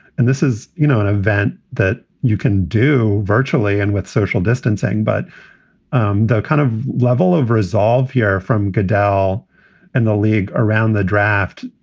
and this is, you know, an event that you can do virtually and with social distancing. but um the kind of level of resolve here from goodell and the league around the draft.